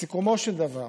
סיכומו של דבר,